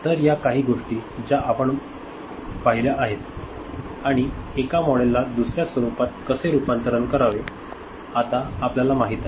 तर या काही गोष्टी ज्या आपण पाहिल्या आहेत आणि एका मॉडेलला दुसर्या रूपात कसे रूपांतरित करावे आता आपल्याला माहित आहे